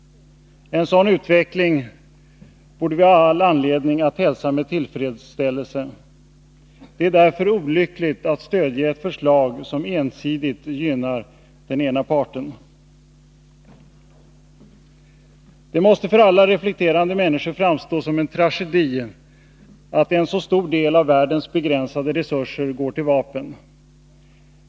En sådan utveckling borde vi ha all anledning att hälsa med tillfredsställelse. Det är därför olyckligt att stödja ett förslag som ensidigt gynnar den ena parten. Det måste, för alla reflekterande människor, framstå som en tragedi att en så stor del av världens begränsade resurser går till vapen.